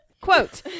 Quote